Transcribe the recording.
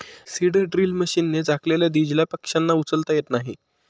seed drill मशीनने झाकलेल्या दीजला पक्ष्यांना उचलता येत नाही